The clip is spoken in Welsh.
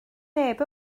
neb